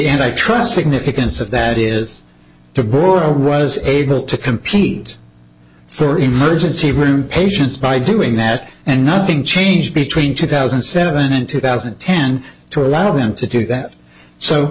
end i trust significance of that is the border was able to complete for emergency room patients by doing that and nothing changed between two thousand and seven and two thousand and ten to allow them to do that so